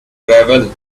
gravel